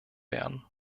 werden